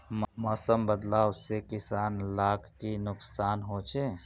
मौसम बदलाव से किसान लाक की नुकसान होचे?